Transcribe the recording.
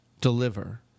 deliver